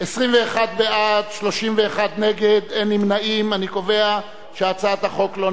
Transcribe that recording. להסיר מסדר-היום את הצעת חוק הביטוח הלאומי (תיקון,